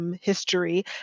history